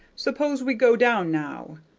suppose we go down, now,